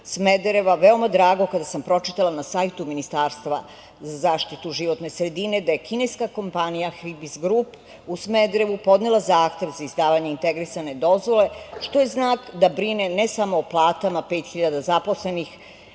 Smedereva veoma drago kada sam pročitala na sajtu Ministarstva za zaštitu životne sredine da je kineska kompanija „Hribis grup“ u Smederevu podnela zahtev za izdavanje integrisane dozvole, što je znak da brine ne samo o platama 5.000 zaposlenih,